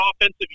offensive